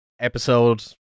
episode